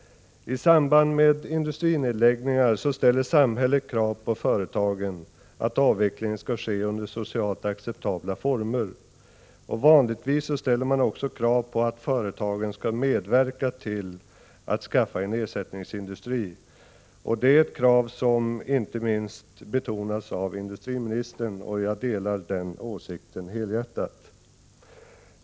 I samband med industrinedläggningar ställer samhället krav på företagen att avvecklingen skall ske under socialt acceptabla former. Vanligtvis ställer man också krav på att företagen skall medverka till att skaffa ersättningsindustri. Detta är ett krav som inte minst betonas av industriministern, och jag delar helhjärtat den åsikten.